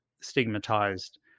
stigmatized